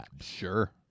Sure